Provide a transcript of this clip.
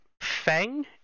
feng